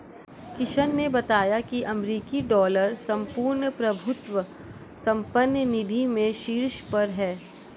किशन ने बताया की अमेरिकी डॉलर संपूर्ण प्रभुत्व संपन्न निधि में शीर्ष पर है